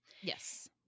Yes